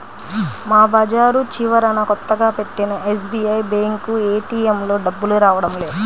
మా బజారు చివరన కొత్తగా పెట్టిన ఎస్బీఐ బ్యేంకు ఏటీఎంలో డబ్బులు రావడం లేదు